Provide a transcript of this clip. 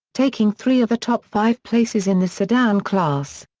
taking three of the top five places in the sedan class.